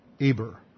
Eber